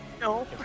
No